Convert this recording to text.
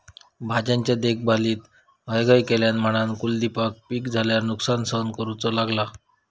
भाज्यांच्या देखभालीत हयगय केल्यान म्हणान कुलदीपका पीक झाल्यार नुकसान सहन करूचो लागलो